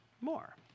more